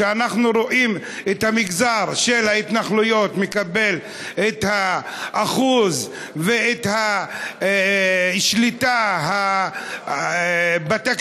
כשאנחנו רואים שהמגזר של ההתנחלויות מקבל את האחוז ואת השליטה בתקציב,